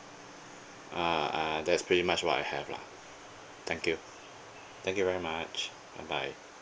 ah uh that's pretty much what I have lah thank you thank you very much bye bye